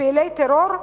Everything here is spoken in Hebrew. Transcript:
ופעילי טרור?